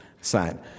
side